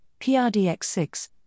PRDX6